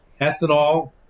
Ethanol